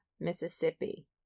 Mississippi